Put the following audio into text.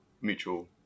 mutual